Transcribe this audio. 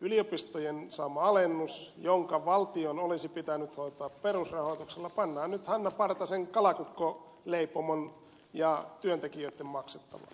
yliopistojen saama alennus joka valtion olisi pitänyt hoitaa perusrahoituksella pannaan nyt hanna partasen kalakukkoleipomon ja työntekijöitten maksettavaksi